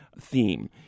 theme